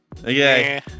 Okay